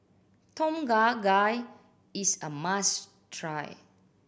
Tom Kha Gai is a must try